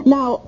Now